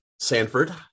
Sanford